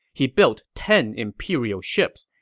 he built ten imperial ships,